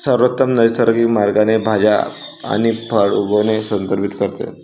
सर्वोत्तम नैसर्गिक मार्गाने भाज्या आणि फळे उगवणे संदर्भित करते